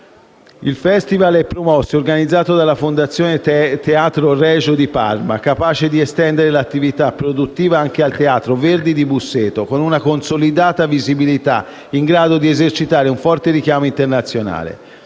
Il Festival è promosso e organizzato dalla Fondazione Teatro Regio di Parma, capace di estendere l'attività produttiva anche al teatro Verdi di Busseto, con una consolidata visibilità in grado di esercitare un forte richiamo internazionale.